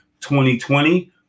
2020